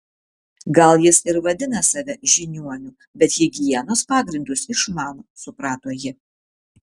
gal jis ir vadina save žiniuoniu bet higienos pagrindus išmano suprato ji